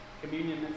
Communion